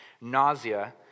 nausea